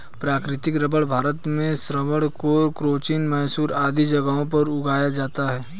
प्राकृतिक रबर भारत में त्रावणकोर, कोचीन, मैसूर आदि जगहों पर उगाया जाता है